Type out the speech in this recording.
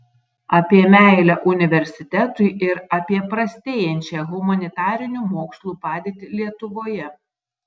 apie meilę universitetui ir apie prastėjančią humanitarinių mokslų padėtį lietuvoje